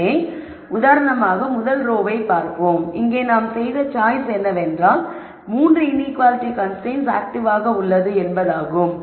எனவே உதாரணமாக முதல் ரோ வை பார்ப்போம் இங்கே நாம் செய்த சாய்ஸ் என்னவென்றால் 3 இன்ஈக்குவாலிட்டி கன்ஸ்ரைன்ட்ஸ் ஆக்டிவாக உள்ளது என்பதாகும்